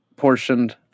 Portioned